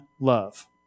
love